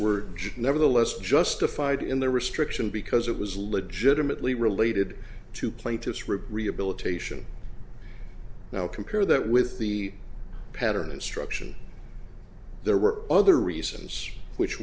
were nevertheless justified in the restriction because it was legitimately related to plaintiff's rip rehabilitation now compare that with the pattern instruction there were other reasons which